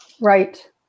Right